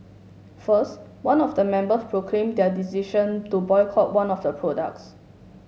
first one of the member proclaimed their decision to boycott one of the products